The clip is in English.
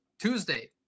Tuesday